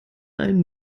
einen